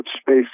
space